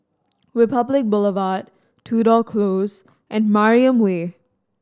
Republic Boulevard Tudor Close and Mariam Way